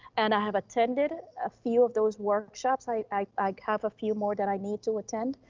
and i have attended a few of those workshops. i i have a few more that i need to attend,